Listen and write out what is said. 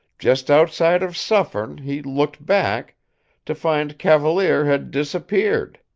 just outside of suffern, he looked back to find cavalier had disappeared.